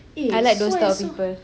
I like those type of people